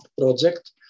project